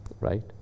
Right